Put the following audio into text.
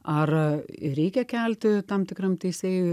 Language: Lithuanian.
ar reikia kelti tam tikram teisėjui